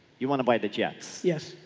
you want to buy the jets? yes.